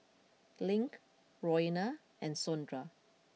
Link Roena and Sondra